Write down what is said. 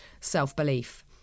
self-belief